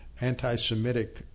anti-Semitic